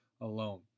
alone